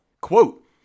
quote